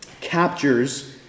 captures